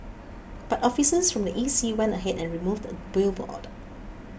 but officers from the E C went ahead and removed the billboard